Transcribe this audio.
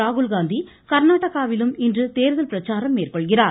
ராகுல்காந்தி கா்நாடகாவிலும் இன்று தேர்தல் பிரச்சாரம் மேற்கொள்கிறார்